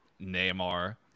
Neymar